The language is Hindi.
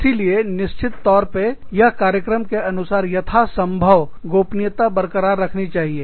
इसीलिए निश्चित तौर पर कार्यक्रम के अनुसार यथासंभव गोपनीयता बरकरार रखनी चाहिए